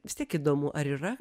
vis tiek įdomu ar yra